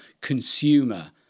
consumer